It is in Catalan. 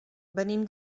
venim